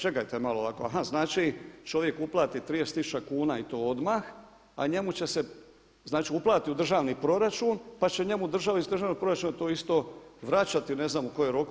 Čekajte malo, znači čovjek uplati 30 tisuća kuna i to odmah, a njemu će se, znači uplati u državni proračun, pa će njemu država iz državnog proračuna to isto vraćati, ne znam u kojem roku.